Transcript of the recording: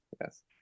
yes